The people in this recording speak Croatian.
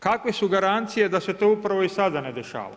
Kakve su garancije da se to upravo i sada ne dešava?